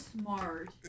smart